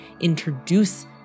introduce